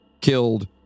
killed